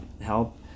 help